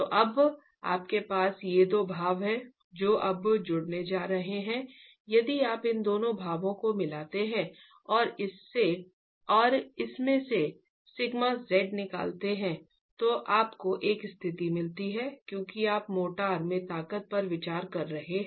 तो अब आपके पास ये दो भाव हैं जो अब जुड़ने जा रहे हैं यदि आप इन दो भावों को मिलाते हैं और इसमें से σz निकालते हैं तो आपको एक स्थिति मिलती है क्योंकि आप मोर्टार में ताकत पर विचार कर रहे हैं